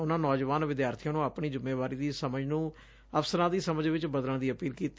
ਉਨਾਂ ਨੌਜਵਾਨ ਵਿਦਿਆਰਬੀਆਂ ਨੂੰ ਆਪਣੀ ਜੂੰਮੇਵਾਰੀ ਦੀ ਸਮਝ ਨੂੰ ਅਵਸਰਾਂ ਦੀ ਸਮਝ ਵਿਚ ਬਦਲਣ ਦੀ ਅਪੀਲ ਕੀਤੀ